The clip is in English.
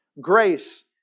Grace